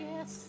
Yes